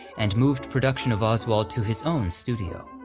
and moved production of oswald to his own studio.